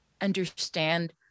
understand